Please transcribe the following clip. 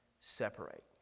separate